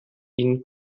ihn